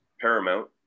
paramount